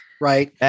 right